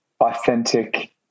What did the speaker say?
authentic